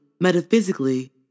metaphysically